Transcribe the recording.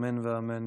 אמן ואמן.